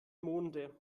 monde